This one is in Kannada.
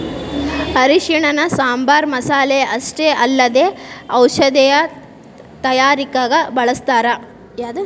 ಅರಿಶಿಣನ ಸಾಂಬಾರ್ ಮಸಾಲೆ ಅಷ್ಟೇ ಅಲ್ಲದೆ ಔಷಧೇಯ ತಯಾರಿಕಗ ಬಳಸ್ಥಾರ